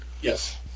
Yes